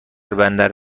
بندر